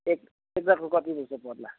एक रातको कति जस्तो पर्ला